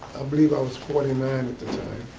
believe i was forty nine at the time,